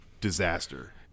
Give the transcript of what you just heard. disaster